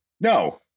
No